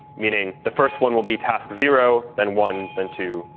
meaning the first one will be task zero, then one, then two,